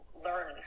learn